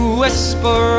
whisper